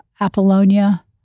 Apollonia